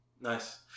Nice